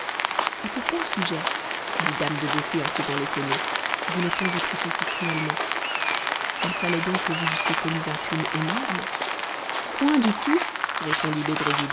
et pour quel sujet dit dame de beauté en faisant l'étonnée voulait-on vous traiter si cruellement il fallait donc que vous eussiez commis un crime énorme point du tout répondit